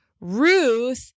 Ruth